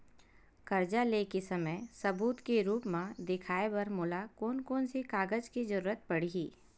कर्जा ले के समय सबूत के रूप मा देखाय बर मोला कोन कोन से कागज के जरुरत पड़ही?